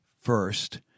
first